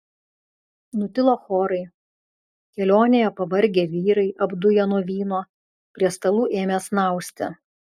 nutilo chorai kelionėje pavargę vyrai apduję nuo vyno prie stalų ėmė snausti